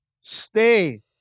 Stay